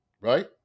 right